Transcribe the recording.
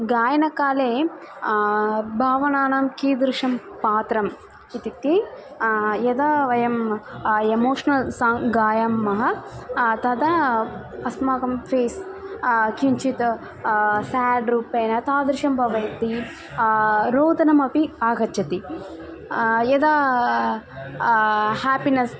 गायनकाले भावनानां कीदृशं पात्रम् इत्युक्ते यदा वयं एमोश्नल् साङ्ग् गायामः तदा अस्माकं फ़ेस् किञ्चित् स्याड् रूपेण तादृशं भवति रोदनमपि आगच्छति यदा हापिनस्